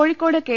Kozhikode K